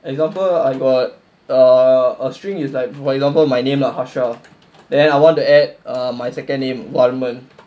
example I got a a string is like for example my name lah hashral then I want to add uh my second name varman